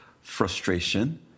frustration